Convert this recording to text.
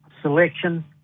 selection